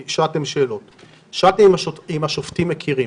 שאלתם אם השופטים מכירים,